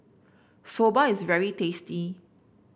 soba is very tasty